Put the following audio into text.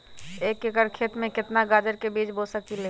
एक एकर खेत में केतना गाजर के बीज बो सकीं ले?